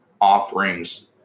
offerings